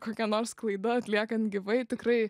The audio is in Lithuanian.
kokia nors klaida atliekant gyvai tikrai